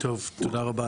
תודה רבה.